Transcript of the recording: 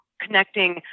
connecting